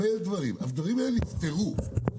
הדברים האלה נפתרו.